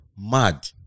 mad